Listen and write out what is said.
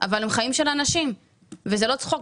אבל הם החיים של אנשים, וזה לא צחוק.